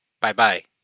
bye-bye